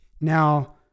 Now